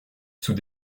sous